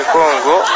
Congo